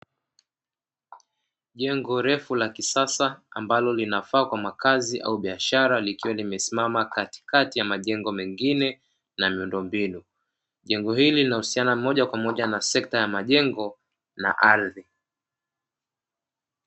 Jengo refu la kisasa ambalo linafaa kwa makazi au biashara likiwa limesimama katikati ya majengo mengine na miundombinu. Jengo hili linahusiana moja kwa moja na sekta ya majengo na ardhi.